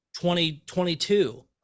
2022